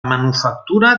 manufactura